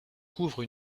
couvre